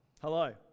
Hello